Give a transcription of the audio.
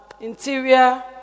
interior